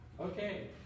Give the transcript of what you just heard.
Okay